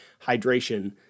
hydration